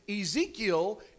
Ezekiel